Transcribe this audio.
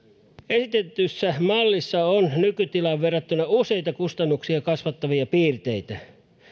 esitetyssä mallissa on nykytilaan verrattuna useita kustannuksia kasvattavia piirteitä